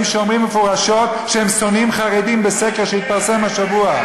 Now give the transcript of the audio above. שאומרים מפורשות שהם שונאים חרדים בסקר שהתפרסם השבוע.